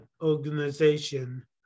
organization